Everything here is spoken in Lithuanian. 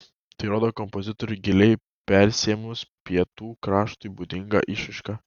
tai rodo kompozitorių giliai persiėmus pietų kraštui būdinga išraiška